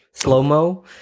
slow-mo